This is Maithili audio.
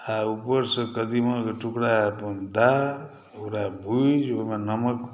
आ ऊपरसॅं कदीमाक टुकड़ा अपन दए ओकरा भुजि ओहिमे नमक